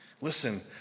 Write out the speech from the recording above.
listen